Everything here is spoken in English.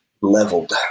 leveled